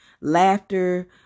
laughter